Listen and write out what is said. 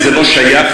זה לא שייך,